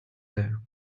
there